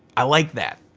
i like that.